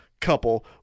couple